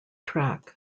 track